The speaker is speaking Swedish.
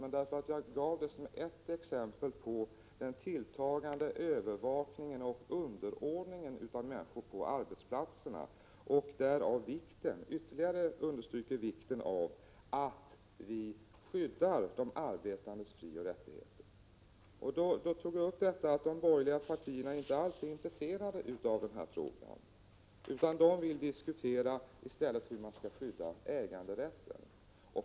Jag anförde det som ett exempel på den tilltagande övervakningen och underordningen av människor på arbetsplatserna. Det understryker ytterligare vikten av att vi skyddar de arbetandes frioch rättigheter. Jag sade att de borgerliga partierna inte alls är intresserade av denna fråga utan i stället vill diskutera hur man skall skydda äganderätten.